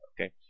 Okay